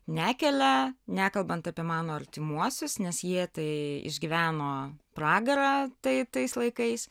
nekelia nekalbant apie mano artimuosius nes jie tai išgyveno pragarą tai tais laikais